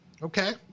Okay